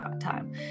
time